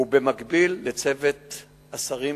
ובמקביל בצוות השרים,